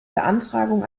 beantragung